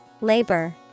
Labor